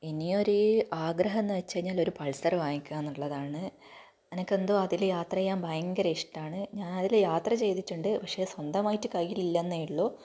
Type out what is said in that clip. ഇനി ഒരു ആഗ്രഹം എന്ന് വെച്ച് കഴിഞ്ഞാൽ ഒരു പൾസറ് വാങ്ങിക്കാന്നുള്ളതാണ് എനിക്കെന്തോ അതിൽ യാത്ര ചെയ്യാൻ ഭയങ്കര ഇഷ്ടമാണ് ഞാനതിൽ യാത്ര ചെയ്തിട്ടുണ്ട് പക്ഷേ സ്വന്തമായിട്ട് കൈയ്യിലില്ലന്നെ ഉള്ളു